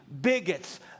bigots